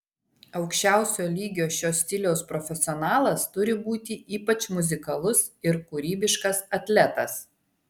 aukščiausio lygio šio stiliaus profesionalas turi būti ypač muzikalus ir kūrybiškas atletas